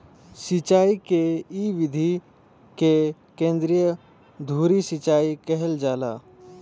सिंचाई क इ विधि के केंद्रीय धूरी सिंचाई कहल जाला